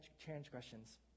transgressions